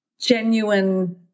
genuine